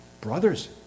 brothers